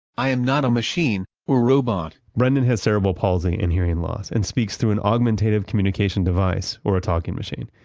i am not a machine, or robot. brendon has cerebral palsy and hearing and loss, and speaks through an augmentative communication device, or a talking machine.